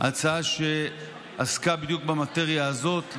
הצעה שעסקה בדיוק במטריה הזאת.